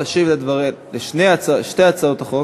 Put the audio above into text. תשיב על שתי הצעות החוק